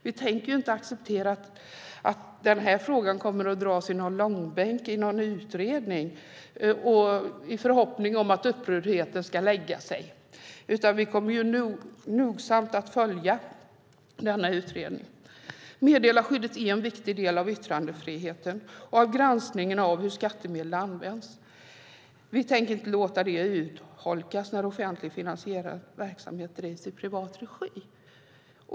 Vi tänker inte acceptera att frågan kommer att dras i långbänk i någon utredning i förhoppning om att upprördheten ska lägga sig, utan vi kommer att nogsamt följa denna utredning. Meddelarskyddet är en viktig del av yttrandefriheten och granskningen av hur skattemedel används. Vi tänker inte låta det urholkas när offentligt finansierad verksamhet drivs i privat regi.